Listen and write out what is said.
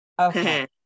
Okay